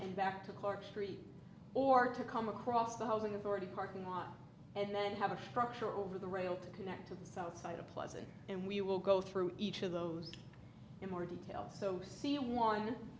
and back to clark street or to come across the housing authority parking lot and then have a structure over the rail to connect to the south side of pleasant and we will go through each of those in more detail so see one